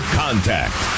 contact